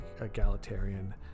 egalitarian